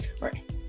Right